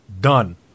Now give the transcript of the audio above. Done